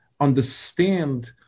understand